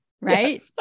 right